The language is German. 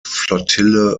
flottille